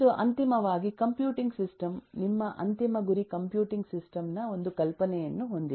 ಇದು ಅಂತಿಮವಾಗಿ computing system ನಿಮ್ಮ ಅಂತಿಮ ಗುರಿ ಕಂಪ್ಯೂಟಿಂಗ್ ಸಿಸ್ಟಮ್ ನ ಒಂದು ಕಲ್ಪನೆಯನ್ನು ಹೊಂದಿದೆ